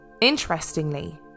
Interestingly